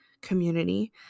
community